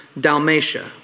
Dalmatia